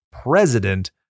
president